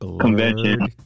convention